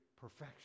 perfection